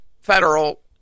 federal